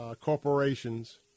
corporations